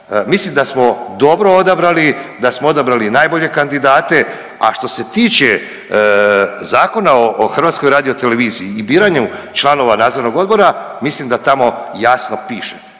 Mislim da smo dobro odabrali, da smo odabrali najbolje kandidate, a što se tiče Zakona o HRT-a i biranju članova nadzornog odbora mislim da tamo jasno piše